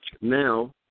Now